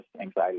anxiety